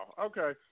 Okay